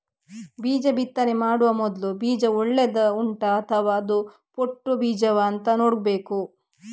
ಬೀಜ ಬಿತ್ತನೆ ಮಾಡುವ ಮೊದ್ಲು ಬೀಜ ಒಳ್ಳೆದು ಉಂಟಾ ಅಥವಾ ಅದು ಪೊಟ್ಟು ಬೀಜವಾ ಅಂತ ನೋಡ್ಬೇಕು